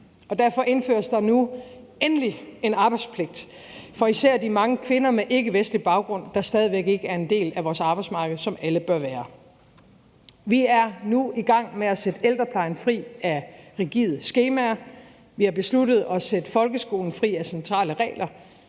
Derfor indføres der nu endelig en arbejdspligt for især de mange kvinder med ikkevestlig baggrund, der stadig væk ikke er en del af vores arbejdsmarked, hvilket alle bør være. Vi er i gang med at sætte ældreplejen fri af rigide skemaer. Vi har besluttet at sætte folkeskolen fri af centrale regler.